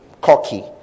cocky